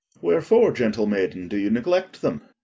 wherefore, gentle maiden, do you neglect them?